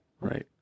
Right